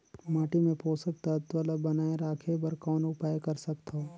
माटी मे पोषक तत्व ल बनाय राखे बर कौन उपाय कर सकथव?